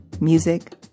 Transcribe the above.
music